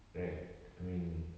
right I mean